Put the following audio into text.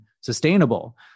sustainable